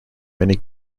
many